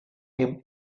him